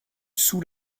sous